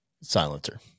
silencer